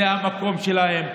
זה המקום שלהם,